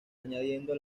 añadiendo